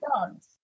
dance